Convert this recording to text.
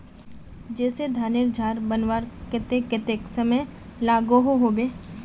जैसे धानेर झार बनवार केते कतेक समय लागोहो होबे?